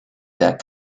that